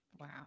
Wow